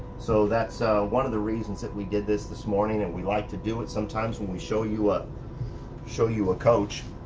so that's ah one of the reasons that we did this, this morning. and we like to do it sometimes when we show you, ah show you a coach.